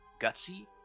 Gutsy